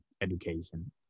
education